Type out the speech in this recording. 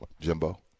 Jimbo